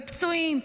בפצועים.